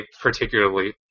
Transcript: particularly